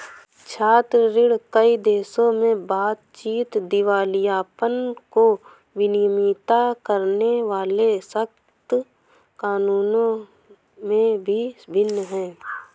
छात्र ऋण, कई देशों में बातचीत, दिवालियापन को विनियमित करने वाले सख्त कानूनों में भी भिन्न है